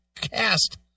cast